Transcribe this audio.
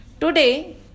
Today